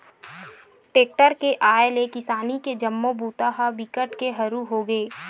tractor के आए ले किसानी के जम्मो बूता ह बिकट के हरू होगे